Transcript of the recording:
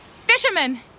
Fisherman